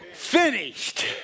Finished